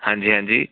ਹਾਂਜੀ ਹਾਂਜੀ